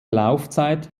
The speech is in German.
laufzeit